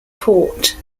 port